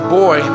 boy